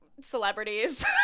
celebrities